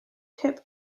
tip